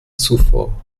zuvor